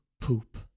poop